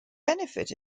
benefit